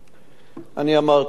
אמרתי, המקרה הוא חמור,